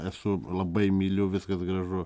esu labai myliu viskas gražu